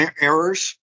errors